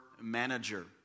manager